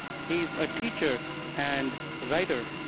he's a teacher and writer.